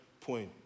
point